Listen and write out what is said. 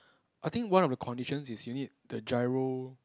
I think one of the conditions is you need the giro